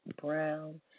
Brown